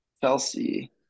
Chelsea